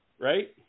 Right